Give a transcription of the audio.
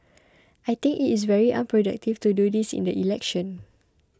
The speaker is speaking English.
I think it is very unproductive to do this in the election